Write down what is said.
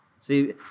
See